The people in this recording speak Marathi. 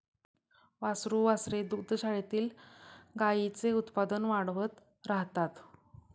वासरू वासरे दुग्धशाळेतील गाईंचे उत्पादन वाढवत राहतात